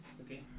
Okay